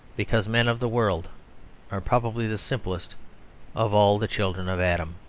because men of the world are probably the simplest of all the children of adam.